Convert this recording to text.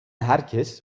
herkes